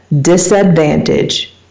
disadvantage